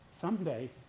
someday